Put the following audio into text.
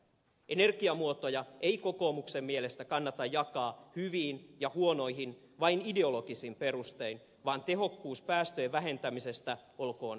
energiamuotoja ei kokoomuksen mielestä kannata jakaa hyviin ja huonoihin vain ideologisin perustein vaan tehokkuus päästöjen vähentämisessä olkoon ratkaiseva tekijä